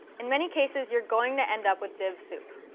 in many cases, you're going to end up with div soup.